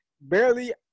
Barely